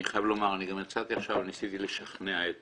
אני גם יצאתי עכשיו, ניסיתי לשכנע את